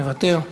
מוותר.